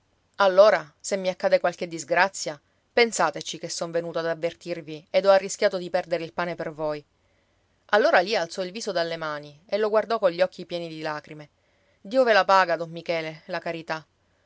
allora se mi accade qualche disgrazia pensateci che son venuto ad avvertirvi ed ho arrischiato di perdere il pane per voi allora lia alzò il viso dalle mani e lo guardò cogli occhi pieni di lacrime dio ve la paga don michele la carità